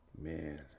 Man